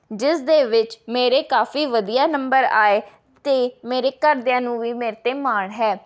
ਜਿਸ ਦੇ ਵਿੱਚ ਮੇਰੇ ਕਾਫ਼ੀ ਵਧੀਆ ਨੰਬਰ ਆਏ ਅਤੇ ਮੇਰੇ ਘਰਦਿਆਂ ਨੂੰ ਵੀ ਮੇਰੇ 'ਤੇ ਮਾਣ ਹੈ